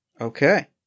Okay